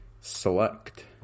select